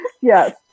Yes